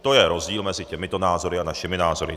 To je rozdíl mezi těmito názory a našimi názory.